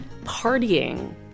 partying